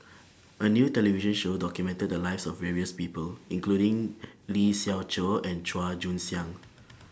A New television Show documented The Lives of various People including Lee Siew Choh and Chua Joon Siang